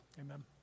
amen